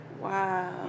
Wow